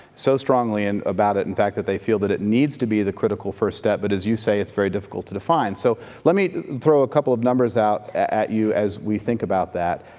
so strongly and about it, in fact, that they feel that it needs to be the critical first stem. but as you say, it's very difficult to define. so let me throw a couple numbers out at you as we think about that.